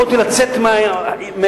יכולתי לצאת מהחדר,